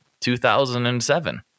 2007